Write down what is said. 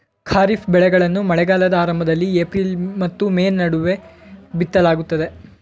ಖಾರಿಫ್ ಬೆಳೆಗಳನ್ನು ಮಳೆಗಾಲದ ಆರಂಭದಲ್ಲಿ ಏಪ್ರಿಲ್ ಮತ್ತು ಮೇ ನಡುವೆ ಬಿತ್ತಲಾಗುತ್ತದೆ